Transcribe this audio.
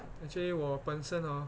actually 我本身 hor